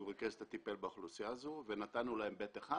הוא ריכז וטיפל באוכלוסייה הזו ונתנו להם ב'1